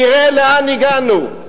תראה לאן הגענו.